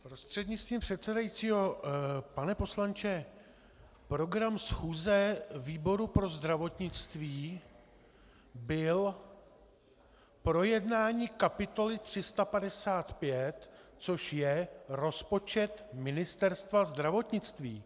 Prostřednictvím předsedající pane poslanče, program schůze výboru pro zdravotnictví byl projednání kapitoly 355, což je rozpočet Ministerstva zdravotnictví.